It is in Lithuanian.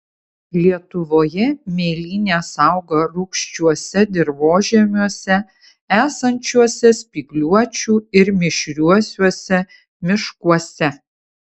lietuvoje mėlynės auga rūgščiuose dirvožemiuose esančiuose spygliuočių ir mišriuosiuose miškuose